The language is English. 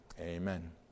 Amen